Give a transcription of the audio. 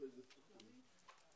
הישיבה